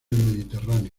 mediterráneo